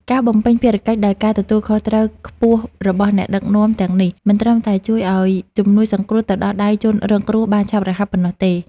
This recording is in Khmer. ការបំពេញភារកិច្ចដោយការទទួលខុសត្រូវខ្ពស់របស់អ្នកដឹកនាំទាំងនេះ មិនត្រឹមតែជួយឱ្យជំនួយសង្គ្រោះទៅដល់ដៃជនរងគ្រោះបានឆាប់រហ័សប៉ុណ្ណោះទេ។